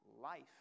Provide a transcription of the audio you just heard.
life